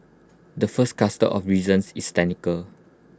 the first cluster of reasons is technical